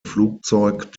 flugzeug